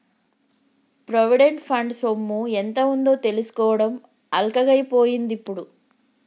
provident fund సొమ్ము ఎంత ఉందో చూసుకోవడం అల్కగై పోయిందిప్పుడు